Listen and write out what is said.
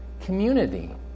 community